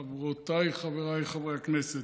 חברותיי וחבריי חברי הכנסת,